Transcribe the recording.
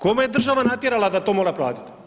Kome je država natjerala da to mora platiti?